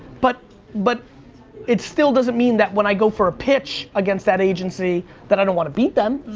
but but it still doesn't mean that when i go for a pitch against that agency, that i don't want to beat them.